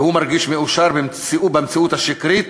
והוא מרגיש מאושר במציאות השקרית